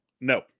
No